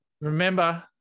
Remember